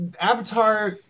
Avatar